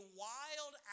wild